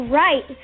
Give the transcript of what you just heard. right